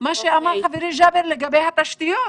מה שאמר חברי ג'אבר לגבי התשתיות,